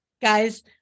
Guys